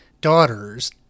daughters